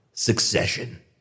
Succession